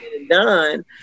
Done